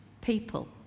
people